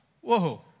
Whoa